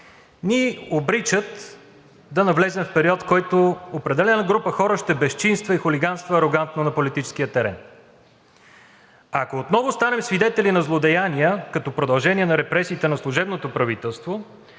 ни обричат да навлезем в период, в който определена група хора ще безчинства и хулиганства арогантно на политическия терен. Ако отново станем свидетели на злодеяния, като продължение на репресиите на служебното правителство,